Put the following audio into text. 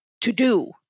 to-do